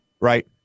right